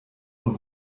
und